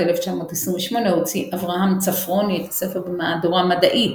1928 הוציא אברהם צפרוני את הספר במהדורה מדעית,